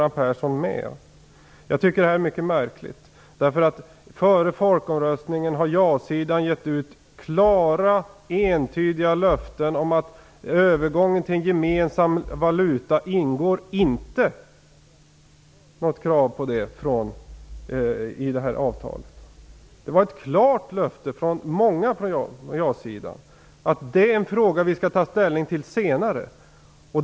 Jag tycker att detta är mycket märkligt. Före folkomröstningen hade ja-sidan gett klara entydiga löften om att det inte ingår något krav i avtalet om övergång till en gemensam valuta. Många på ja-sidan gav ett klart löfte om att det är en fråga som vi skall ta ställning till senare.